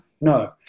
No